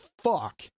fuck